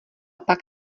pak